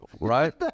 right